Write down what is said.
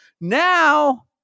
now